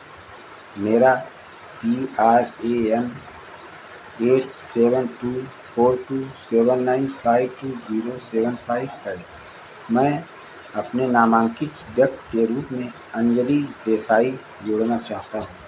मेरा P R A N eight seven two four two seven nine five two zero seven five है मैं अपने नामांकित व्यक्ति के रूप में अंजली देसाई जोड़ना चाहता हूँ